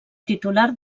titular